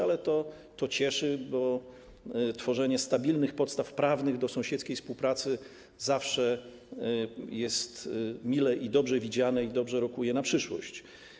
Ale to cieszy, bo tworzenie stabilnych podstaw prawnych do sąsiedzkiej współpracy zawsze jest mile i dobrze widziane i dobrze rokuje na przyszłość.